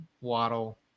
Waddle